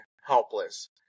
helpless